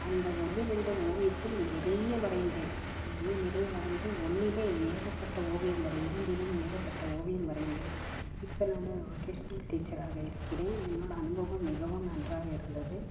அந்த ஒன்று இரண்டு ஓவியத்தில் நிறைய வரைந்தேன் நிறைய நிறைய வரைந்து ஒன்றிலே ஏகப்பட்ட ஓவியம் வரை இரண்டிலும் ஏகப்பட்ட ஓவியம் வரைந்தேன் இப்போ நானு ஒரு டீச்சராக இருக்கிறேன் என்னோட அனுபவம் மிகவும் நன்றாக இருந்தது